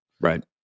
Right